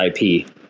IP